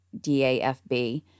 DAFB